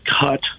cut